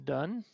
Done